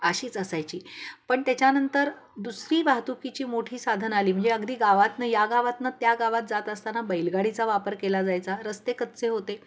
अशीच असायची पण त्याच्यानंतर दुसरी वाहतुकीची मोठी साधन आली म्हणजे अगदी गावातनं या गावातनं त्या गावात जात असताना बैलगाडीचा वापर केला जायचा रस्ते कच्चे होते